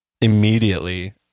immediately